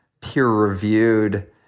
peer-reviewed